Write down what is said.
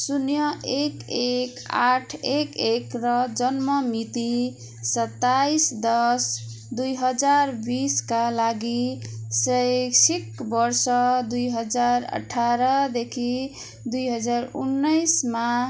शून्य एक एक आठ एक एक र जन्म मिति सत्ताइस दस दुई हजार बिसका लागि शैक्षिक वर्ष दुई हजार अठाह्रदेखि दुई हजार उन्नाइसमा